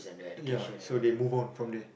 ya so they move on from there